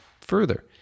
further